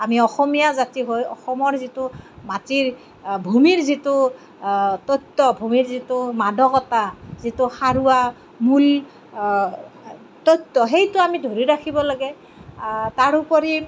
আমি অসমীয়া জাতি হৈ অসমৰ যিটো মাটিৰ ভূমিৰ যিটো তত্ব ভূমিৰ যিটো মাদকতা যিটো সাৰুৱা মূল তত্ব সেইটো আমি ধৰি ৰাখিব লাগে তাৰোপৰি